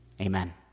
Amen